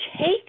take